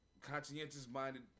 conscientious-minded